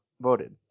voted